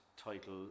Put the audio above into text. title